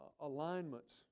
alignments